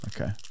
Okay